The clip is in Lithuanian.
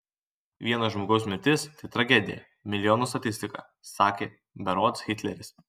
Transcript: vieno žmogaus mirtis tai tragedija milijono statistika sakė berods hitleris